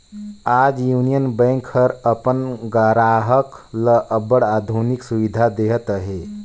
आज union bank हर अपन गराहक ल अब्बड़ आधुनिक सुबिधा देहत अहे